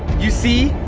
you see,